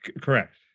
Correct